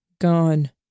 Gone